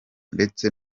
ndetse